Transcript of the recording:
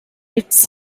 its